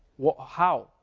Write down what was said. what, how!